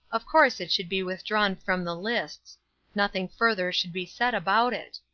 of course it should be withdrawn from the lists nothing further should be said about it.